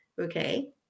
Okay